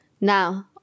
Now